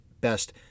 best